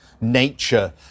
nature